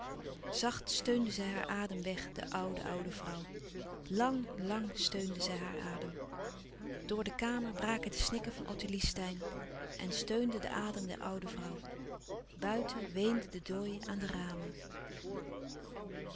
zacht steunde zij haar adem weg de oude oude vrouw lang louis couperus van oude menschen de dingen die voorbij gaan lang steunde zij haar adem door de kamer braken de snikken van ottilie steyn en steunde de adem der oude vrouw buiten weende de dooi aan de ramen